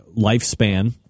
lifespan